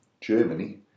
Germany